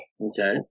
Okay